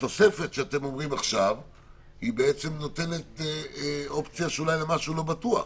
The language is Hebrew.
פה התוספת שאתם אומרים עכשיו נותנת אופציה אולי למשהו לא בטוח".